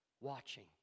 Watching